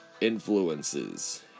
influences